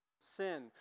Sin